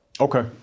Okay